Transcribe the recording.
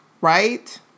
right